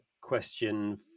question